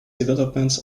developments